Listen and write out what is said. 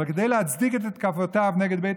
אבל כדי להצדיק את התקפותיו נגד בית